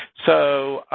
so,